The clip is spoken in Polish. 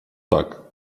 tak